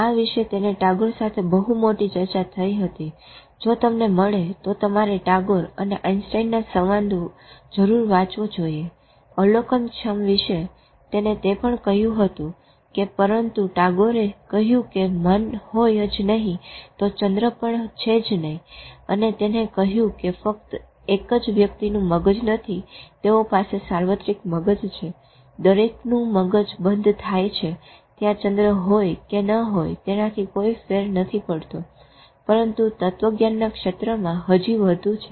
આ વિશે તેની ટાગોર સાથે બહુ મોટી ચર્ચા થઇ હતી જો તમને મળે તો તમારે ટાગોર અને આઇન્સ્ટાઇનના સંવાદ જરૂર વાંચવો જોઈએ અવલોકનક્ષમ વિશે તેને તે પણ કહ્યું કે પરંતુ ટાગોરએ કહ્યું જો મન હોય જ નઈ તો ચંદ્ર પણ છે નઈ અને તેને કહ્યું તે ફક્ત એક જ વ્યક્તિનું મગજ નથી તેઓ પાસે સાર્વત્રી મગજ છે દરેકનું મગજ બંધ થાય છે ત્યાં ચંદ્ર હોય કે ન હોય તેના થી કોઈ ફેર નથી પડતો પરંતુ તત્વજ્ઞાનના ક્ષેત્રમાં હજી વધુ છે